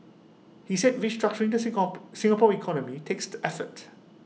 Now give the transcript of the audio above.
he said restructuring the Singapore economy takes effort